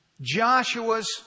Joshua's